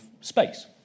space